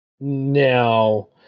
now